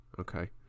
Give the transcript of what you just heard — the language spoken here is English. okay